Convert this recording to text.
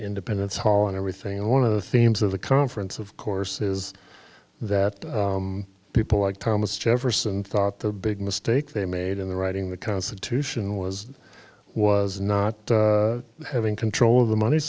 independence hall and everything and one of the themes of the conference of course is that people like thomas jefferson thought the big mistake they made in the writing the constitution was was not having control of the money